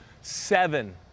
Seven